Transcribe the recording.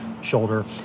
shoulder